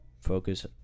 focus